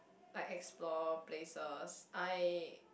like explore places I